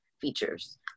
features